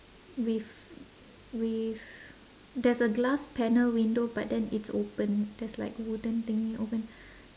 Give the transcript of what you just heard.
with with there's a glass panel window but then it's open there's like wooden thingy open